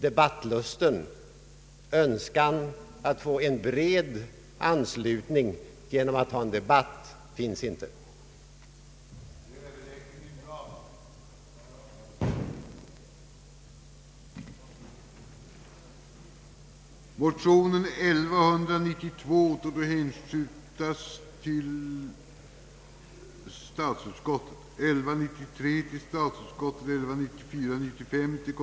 Debattlusten, önskan att få en bred anslutning genom att ha en debatt, finns inte.